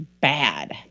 bad